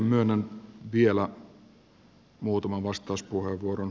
myönnän vielä muutaman vastauspuheenvuoron